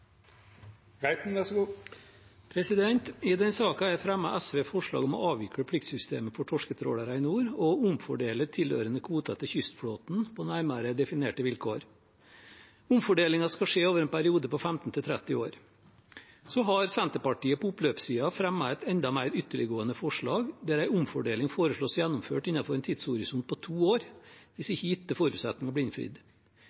kystflåten på nærmere definerte vilkår. Omfordelingen skal skje over en periode på 15 til 30 år. Senterpartiet har på oppløpssiden fremmet et enda mer ytterliggående forslag, der en omfordeling foreslås gjennomført innenfor en tidshorisont på to år hvis